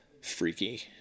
freaky